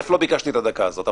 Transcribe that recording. לא ביקשתי את הדקה הזאת,